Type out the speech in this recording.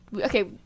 Okay